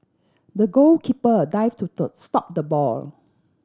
the goalkeeper dive to tow stop the ball